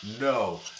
no